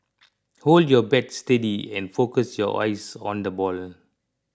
hold your bat steady and focus your eyes on the ball